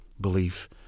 belief